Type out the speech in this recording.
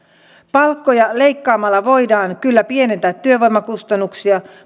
palkkoja leikkaamalla voidaan kyllä pienentää työvoimakustannuksia